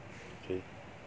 okay